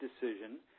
decision